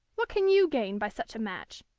what can you gain by such a match?